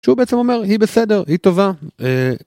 שהוא בעצם אומר, היא בסדר, היא טובה.